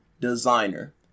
designer